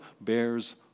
bears